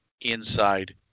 inside